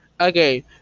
okay